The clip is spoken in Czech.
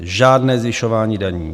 Žádné zvyšování daní.